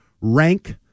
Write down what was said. rank